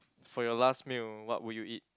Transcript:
for your last meal what would you eat